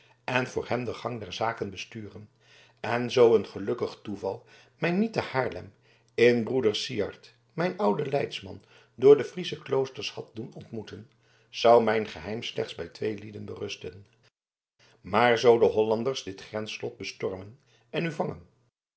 en door hem den gang der zaken besturen en zoo een gelukkig toeval mij niet te haarlem in broeder syard mijn ouden leidsman door de friesche kloosters had doen ontmoeten zou mijn geheim slechts bij twee lieden berusten maar zoo de hollanders dit grensslot bestormen en u vangen